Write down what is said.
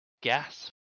Gas